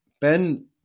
Ben